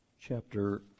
Chapter